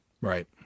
Right